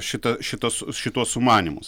šitą šituos šituos sumanymus